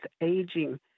aging